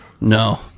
No